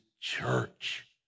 church